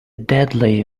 deadly